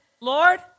Lord